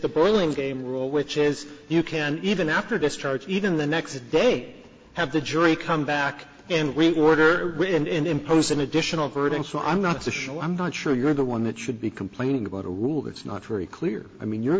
the boiling same rule which is you can even after discharge even the next day have the jury come back and we order and impose an additional hurting so i'm not to show i'm not sure you're the one that should be complaining about a rule that's not very clear i mean you